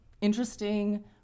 interesting